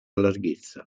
larghezza